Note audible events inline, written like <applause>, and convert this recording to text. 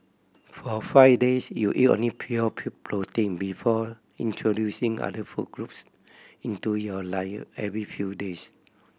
for five days you eat only pure <unintelligible> protein before introducing other food groups into your diet every few days